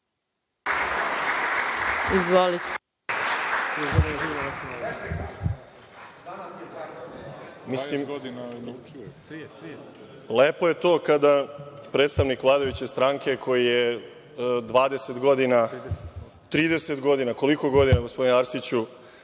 Lepo je to kada predstavnik vladajuće stranke koji je 20 godina, 30 godina, koliko godina gospodine Arsiću,